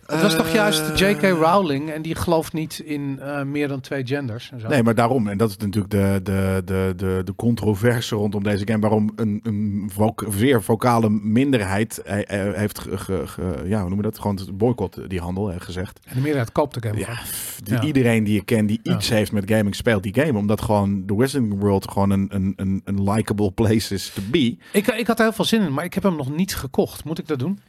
Het was toch juist J.K. Eh. Rowling en die gelooft niet in, eh, meer dan twee genders en zo? Nee, maar daarom, en dat is natuurlijk de- de- de- de- de controverse rondom deze game, waarom een- een voc- zeer vocale minderheid, eh, eh, heeft ge- ge- ge- ja, hoe noem je dat? Gewoon het boycott, eh, die handel, eh, gezegd. En de meerderheid koopt de game Ja, gewoon. pff, die- Ja. iedereen die je kent die Ja. iets heeft met gaming, speelt die game, omdat gewoon de Wizarding World gewoon een- een- een- een likable place is to be. Ik- ik had er heel veel zin in, maar ik heb hem nog niet gekocht. Moet ik dat doen?